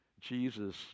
Jesus